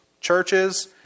churches